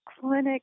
clinic